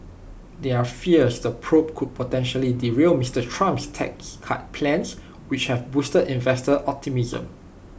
there are fears the probe could potentially derail Mister Trump's tax cut plans which have boosted investor optimism